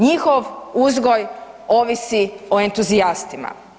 Njihov uzgoj ovisi o entuzijastima.